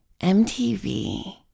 MTV